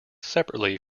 separately